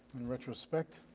in retrospect,